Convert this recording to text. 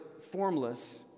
formless